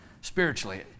spiritually